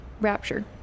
Rapture